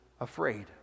afraid